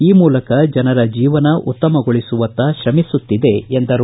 ಈ ಮೂಲಕ ಜನರ ಜೀವನ ಉತ್ತಮಗೊಳಿಸುವತ್ತ ಶ್ರಮಿಸುತ್ತಿದೆ ಎಂದು ಹೇಳಿದರು